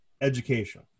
education